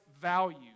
value